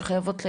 שחייבות בעצם,